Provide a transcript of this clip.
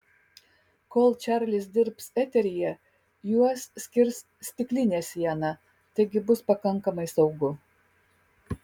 kol čarlis dirbs eteryje juos skirs stiklinė siena taigi bus pakankamai saugu